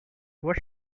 what